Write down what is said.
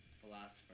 philosopher